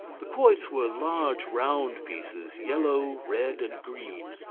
the quoits were large round pieces, yellow, red, and green,